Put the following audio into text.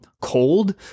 cold